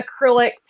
acrylic